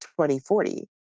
2040